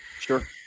Sure